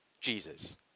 Jesus